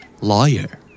Lawyer